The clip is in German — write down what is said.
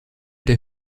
der